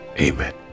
amen